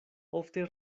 ofte